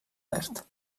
verd